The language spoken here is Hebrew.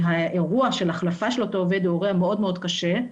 האירוע של החלפה של אותו עובד הוא מאוד מאוד קשה.